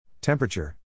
Temperature